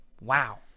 Wow